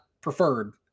preferred